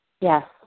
Yes